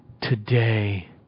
today